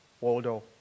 Waldo